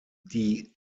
die